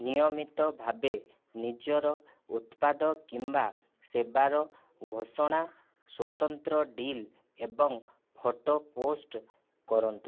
ନିୟମିତ ଭାବେ ନିଜର ଉତ୍ପାଦ କିମ୍ବା ସେବାର ଘୋଷଣା ସ୍ୱତନ୍ତ୍ର ଡିଲ୍ ଏବଂ ଫଟୋ ପୋଷ୍ଟ କରନ୍ତୁ